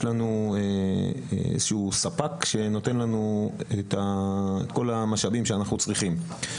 יש לנו איזשהו ספק שנותן לנו את כל המשאבים שאנחנו צריכים.